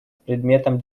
предметом